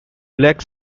black